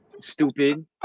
Stupid